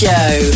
Show